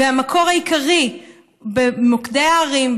והמקור העיקרי במוקדי הערים,